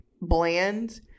bland